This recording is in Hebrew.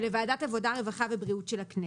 ולוועדת העבודה הרווחה והבריאות של הכנסת.